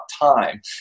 time